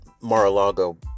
Mar-a-Lago